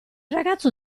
ragazzo